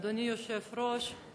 אדוני היושב-ראש,